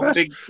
big